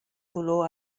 dolor